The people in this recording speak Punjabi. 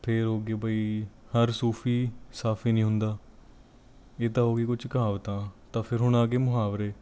ਫਿਰ ਹੋ ਗਈ ਬਈ ਹਰ ਸੂਫ਼ੀ ਸਾਫ਼ੀ ਨਹੀਂ ਹੁੰਦਾ ਇਹ ਤਾਂ ਹੋ ਗਈ ਕੁਛ ਕਹਾਵਤਾਂ ਤਾਂ ਫਿਰ ਹੁਣ ਆ ਗਏ ਮੁਹਾਵਰੇ